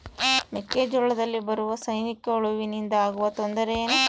ಮೆಕ್ಕೆಜೋಳದಲ್ಲಿ ಬರುವ ಸೈನಿಕಹುಳುವಿನಿಂದ ಆಗುವ ತೊಂದರೆ ಏನು?